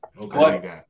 Okay